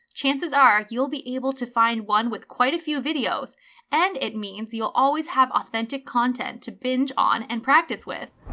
chances are you'll be able to find one with quite a few videos and it means you'll always have authentic content to binge on and practice with.